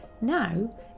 Now